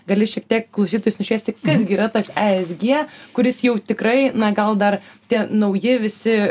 gali šiek tiek klausytojus nušviesti kas gi yra tas esg kuris jau tikrai na gal dar tie nauji visi